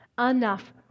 enough